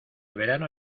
verano